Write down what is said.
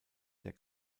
der